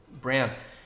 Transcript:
brands